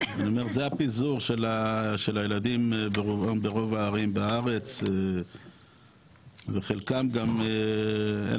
אני אומר זה הפיזור של הילדים ברוב הערים בארץ וחלקם גם אין